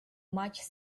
much